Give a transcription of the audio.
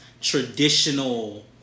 traditional